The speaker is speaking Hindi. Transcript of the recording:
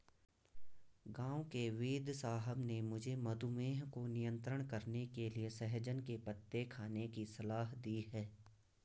गांव के वेदसाहब ने मुझे मधुमेह को नियंत्रण करने के लिए सहजन के पत्ते खाने की सलाह दी है